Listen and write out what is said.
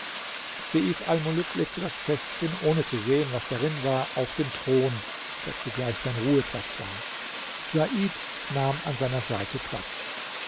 legte das kästchen ohne zu sehen was darin war auf den thron der zugleich sein ruheplatz war said nahm an seiner seite platz